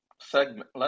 segment